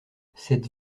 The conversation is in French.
cette